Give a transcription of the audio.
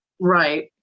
Right